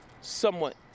somewhat